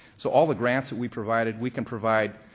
so all the grants that we provided, we can provide